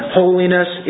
holiness